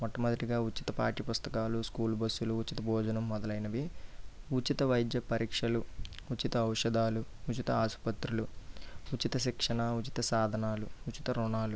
మొట్టమొదటిగా ఉచిత పాఠ్యపుస్తకాలు స్కూల్ బస్సులు ఉచిత భోజనం మొదలైనవి ఉచిత వైద్య పరీక్షలు ఉచిత ఔషధాలు ఉచిత ఆసుపత్రులు ఉచిత శిక్షణ ఉచిత సాధనాలు ఉచిత రుణాలు